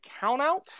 countout